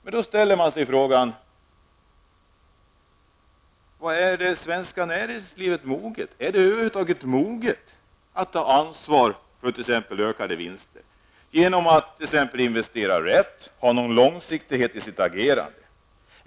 Men då inställer sig frågan: Var inte det svenska näringslivet moget, är det moget över huvud taget, att ta ansvar för t.ex. ökade vinster genom att investera rätt och ha någon långsiktighet i sitt agerande?